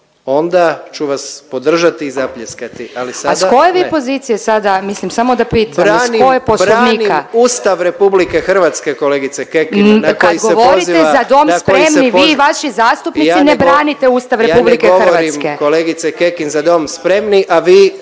onda ću vas podržati i zapljeskati. …/Upadica Kekin: A sa koje vi pozicije sada, mislim samo da pitam, iz kojeg Poslovnika?/… Branim Ustav Republike Hrvatske kolegice Kekin na koji se poziva … …/Upadica Kekin: Kad govorite „Za dom spremni“ vi i vaši zastupnici ne branite Ustav Republike Hrvatske./… Ja ne govorim kolegice Kekin „Za dom spremni“, a vi